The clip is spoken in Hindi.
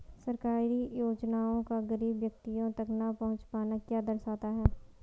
सरकारी योजनाओं का गरीब व्यक्तियों तक न पहुँच पाना क्या दर्शाता है?